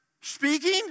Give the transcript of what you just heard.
speaking